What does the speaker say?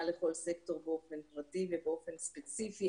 לכול סקטור באופן פרטי ובאופן ספציפי.